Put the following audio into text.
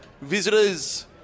visitors